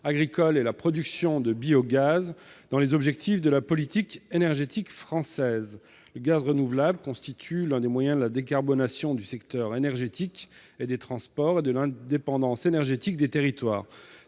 agricole et la production de biogaz au titre des objectifs de la politique énergétique française. Le gaz renouvelable constitue l'un des moyens de la décarbonation du secteur énergétique et des transports et de l'indépendance énergétique des territoires.